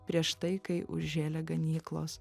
prieš tai kai užžėlė ganyklos